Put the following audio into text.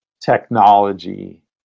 technology